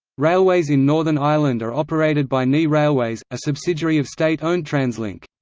railways in northern ireland are operated by ni railways, a subsidiary of state-owned translink.